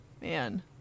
Man